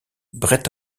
brett